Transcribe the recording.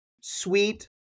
sweet